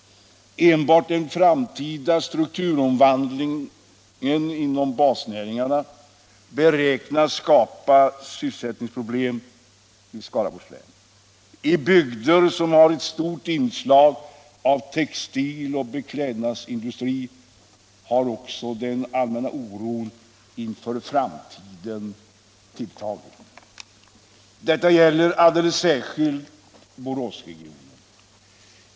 Enbart den framtida strukturomvandlingen inom basnäringarna beräknas skapa sysselsättningsproblem i Skaraborgs län. I bygder som har stort inslag av textil och beklädnadsindustri har också den allmänna oron inför framtiden tilltagit. Detta gäller alldeles särskilt Boråsregionen.